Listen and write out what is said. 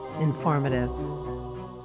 informative